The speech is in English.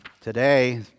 today